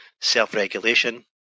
self-regulation